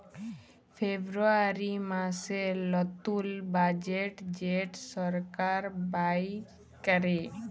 ফেব্রুয়ারী মাসের লতুল বাজেট যেট সরকার বাইর ক্যরে